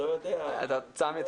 סמי,